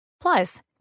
plus